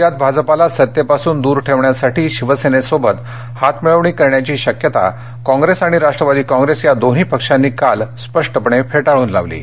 राज्यात भाजपला सत्तेपासून दूर ठेवण्यासाठी शिवसेनेशी हातमिळवणी करण्याची शक्यता काँग्रेस आणि राष्ट्रवादी काँग्रेस या दोन्ही पक्षांनी काल स्पष्टपणे फेटाळली आहे